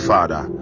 Father